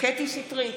קטי קטרין שטרית,